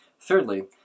Thirdly